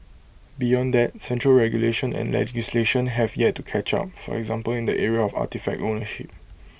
beyond that central regulation and legislation have yet to catch up for example in the area of artefact ownership